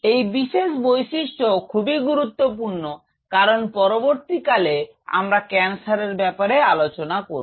এই বিশেষ বৈশিষ্ট্য খুবই গুরুত্বপূর্ণ কারন পরবর্তীকালে আমরা ক্যান্সারের ব্যাপারে আলোচনা করব